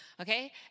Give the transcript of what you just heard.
Okay